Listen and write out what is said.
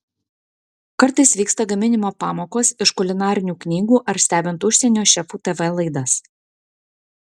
kartais vyksta gaminimo pamokos iš kulinarinių knygų ar stebint užsienio šefų tv laidas